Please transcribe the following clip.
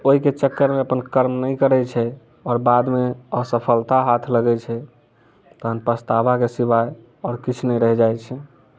ओहिके चक्कर मे अपन कर्म नहि करै छै आओर बाद मे असफलता हाथ लगै छै तहन पछतावा के सिवाय आओर किछु नहि रहि जाइ छै